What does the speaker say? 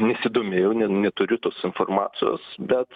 nesidomėjau ne neturiu tos informacijos bet